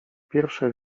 pierwsze